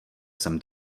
jsem